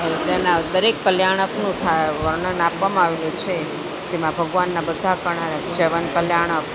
તેના દરેક કલ્યાણકનું ત્યાં વર્ણન આપવામાં આવેલું છે જેમાં ભગવાનના બધા ક્લ્યાણક જીવન કલ્યાણક